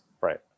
Right